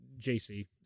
JC